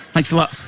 thanks a lot.